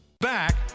Back